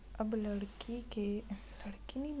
अब लकड़ी के एकनसिया नांगर नंदावत जावत हे